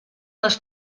les